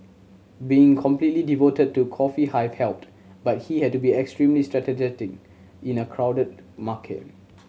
being completely devoted to Coffee Hive helped but he had to be extremely in a crowded market